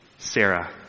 Sarah